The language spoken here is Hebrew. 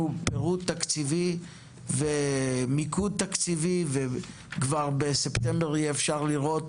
פירוט תקציבי ומיקוד תקציבי וכבר בספטמבר יהיה אפשר לראות